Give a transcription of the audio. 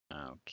Okay